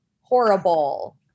Horrible